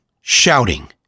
shouting